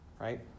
right